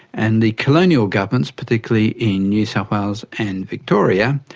and the colonial governments, particularly in new south wales and victoria,